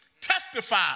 Testify